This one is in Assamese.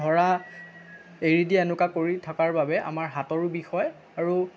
ধৰা এৰি দিয়া এনেকুৱা কৰি থকাৰ বাবে আমাৰ হাতৰো বিষ হয় আৰু